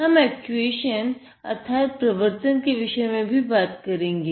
हम एक्चुएशन है